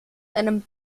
einem